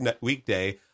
weekday